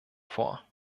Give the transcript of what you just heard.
vor